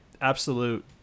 absolute